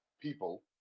people